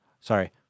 Sorry